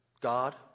God